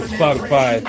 Spotify